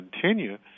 continue